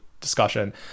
discussion